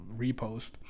repost